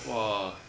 !wah!